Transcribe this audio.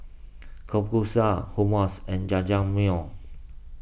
Kalguksu Hummus and Jajangmyeon